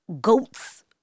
goats